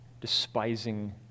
despising